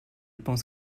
pense